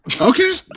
Okay